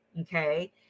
okay